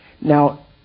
Now